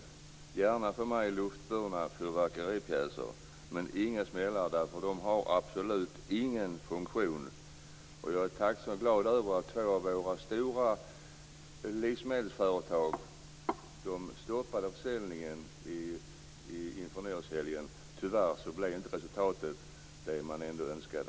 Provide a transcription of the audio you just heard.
Det får för mig gärna finnas luftburna fyrverkeripjäser, men inga smällare. De har ingen funktion. Jag är tacksam över att två av våra stora livsmedelsföretag stoppade försäljningen inför nyårshelgen. Tyvärr blev inte resultatet det man ändå önskade.